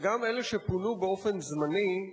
וגם אלה שפונו באופן זמני,